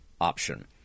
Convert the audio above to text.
option